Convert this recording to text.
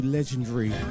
Legendary